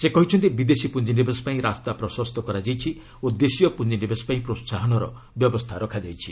ସେ କହିଛନ୍ତି ବିଦେଶୀ ପୁଞ୍ଜିନିବେଶ ପାଇଁ ରାସ୍ତା ପ୍ରଶସ୍ତ କରାଯାଇଛି ଓ ଦେଶୀୟ ପୁଞ୍ଜିନିବେଶ ପାଇଁ ପ୍ରୋହାହନର ବ୍ୟବସ୍ଥା ରଖାଯାଇଛି